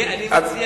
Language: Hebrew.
אני מציע